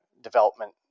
development